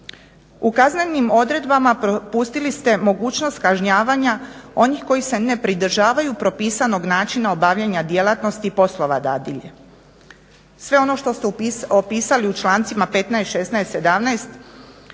U kaznenim odredbama propustili ste mogućnost kažnjavanja onih koji se ne pridržavaju propisanog načina obavljanja djelatnosti poslova dadilje, sve ono što ste opisali u člancima 15., 16., 17.